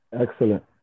Excellent